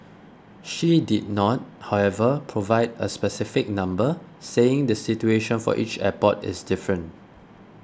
she did not however provide a specific number saying the situation for each airport is different